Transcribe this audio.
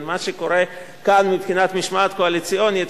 מה שקורה כאן מבחינת משמעת קואליציונית,